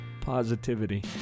Positivity